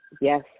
Yes